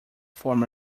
form